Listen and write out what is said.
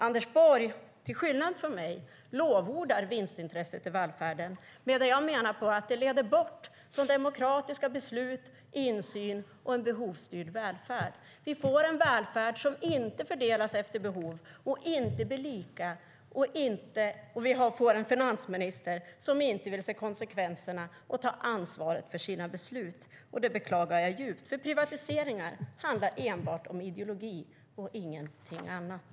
Anders Borg, till skillnad från mig, lovordar vinstintresset i välfärden medan jag menar på att det leder bort från demokratiska beslut, insyn och en behovsstyrd välfärd. Vi får en välfärd som inte fördelas efter behov och inte blir lika. Vi har en finansminister som inte vill se konsekvenserna och ta ansvar för sina beslut. Det beklagar jag djupt. Privatiseringar handlar enbart om ideologi och inget annat.